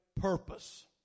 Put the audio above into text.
purpose